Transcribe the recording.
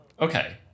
okay